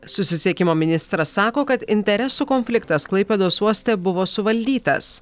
susisiekimo ministras sako kad interesų konfliktas klaipėdos uoste buvo suvaldytas